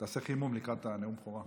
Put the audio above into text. תעשה חימום לקראת נאום הבכורה.